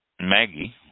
Maggie